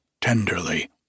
tenderly